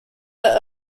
their